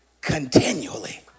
continually